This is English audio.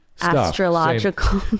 astrological